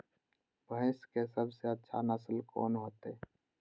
भैंस के सबसे अच्छा नस्ल कोन होते?